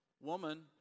woman